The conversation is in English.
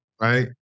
Right